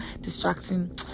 distracting